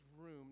room